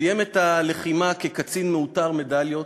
סיים את הלחימה כקצין מעוטר מדליות,